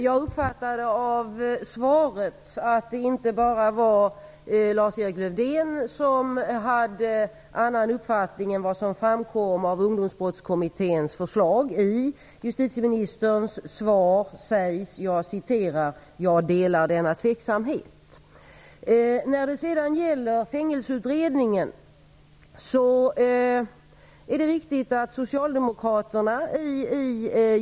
Fru talman! Av svaret uppfattade jag att det inte bara var Lars-Erik Lövdén som hade en annan uppfattning än vad som framkom av justitieministerns svar sägs: "Jag delar denna tveksamhet."